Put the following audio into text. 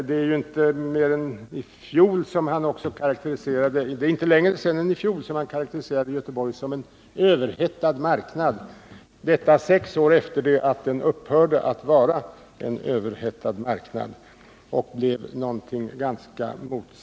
Det är inte längre sedan än i fjol som han karakteriserade Göteborg som en övermättad marknad — detta sex år efter det att regionen upphörde att vara överhettad och blev någonting motsatt.